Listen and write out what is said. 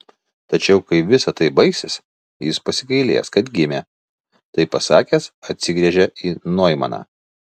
tačiau kai visa tai baigsis jis pasigailės kad gimė tai pasakęs atsigręžė į noimaną